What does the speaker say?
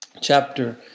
chapter